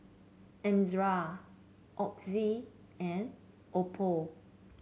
Ezerra Oxy and Oppo